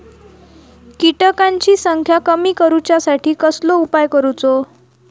किटकांची संख्या कमी करुच्यासाठी कसलो उपाय करूचो?